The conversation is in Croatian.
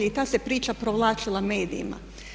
I ta se priča provlačila medijima.